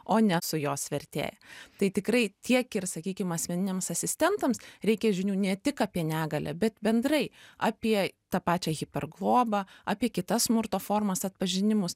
o ne su jos vertėja tai tikrai tiek ir sakykim asmeniniams asistentams reikia žinių ne tik apie negalią bet bendrai apie tą pačią hiperglobą apie kitas smurto formas atpažinimus